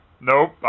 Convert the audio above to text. Nope